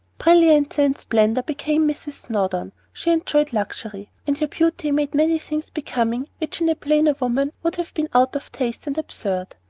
brilliancy and splendor became mrs. snowdon she enjoyed luxury, and her beauty made many things becoming which in a plainer woman would have been out of taste, and absurd.